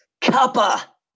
kappa